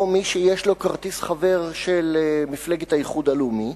לא מי שיש לו כרטיס חבר של מפלגת האיחוד הלאומי,